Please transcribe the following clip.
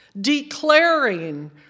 declaring